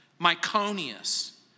Myconius